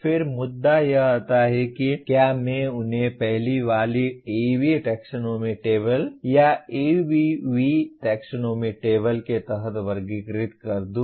फिर मुद्दा यह आता है कि क्या मैं उन्हें पहले वाली AB टैक्सोनॉमी टेबल या ABV टैक्सोनॉमी टेबल के तहत वर्गीकृत कर दूं